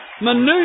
Manu